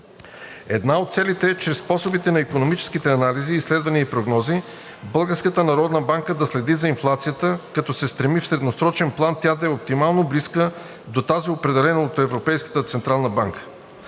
Една от целите е чрез способите на икономическите анализи, изследвания и прогнози Българската народна банка да следи за инфлацията, като се стреми в средносрочен план тя да е оптимално близка до тази, определена от